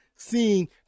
Seeing